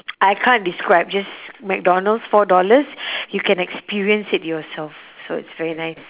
I can't describe just McDonald's four dollars you can experience it yourself so it's very nice